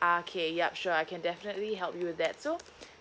uh okay yup sure I can definitely help you with that so